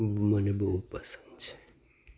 મને બહુ પસંદ છે